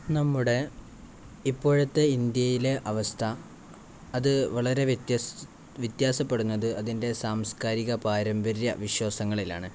നമ്മുടെ ഇപ്പോഴത്തെ ഇന്ത്യയിലെ അവസ്ഥ അത് വളരെ വ്യത്യാസപ്പെടുന്നത് അതിൻ്റെ സാംസ്കാരിക പാരമ്പര്യ വിശ്വാസങ്ങളിലാണ്